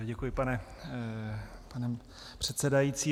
Děkuji, pane předsedající.